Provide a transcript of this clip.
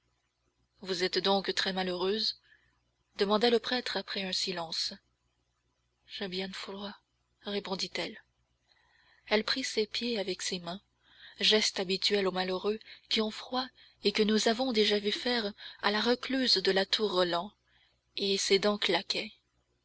vous êtes donc très malheureuse demanda le prêtre après un silence j'ai bien froid répondit-elle elle prit ses pieds avec ses mains geste habituel aux malheureux qui ont froid et que nous avons déjà vu faire à la recluse de la tour roland et ses dents claquaient